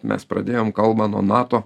mes pradėjom kalbą nuo nato